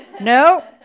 No